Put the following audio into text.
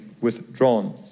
withdrawn